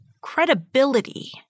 credibility